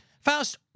Faust